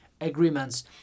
Agreements